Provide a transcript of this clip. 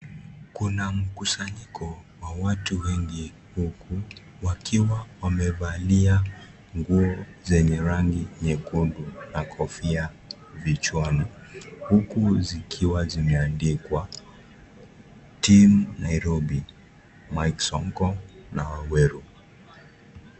Kuna mkusanyiko wa watu wengi huku wakiwa wamevalia nguo zenye rangi nyekundu na kofia vichwani huku zikiwa zimeandikwa team Nairobi , Mike Sonko na Waweru.